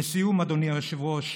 לסיום, אדוני היושב-ראש,